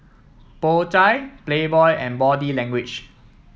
Po Chai Playboy and Body Language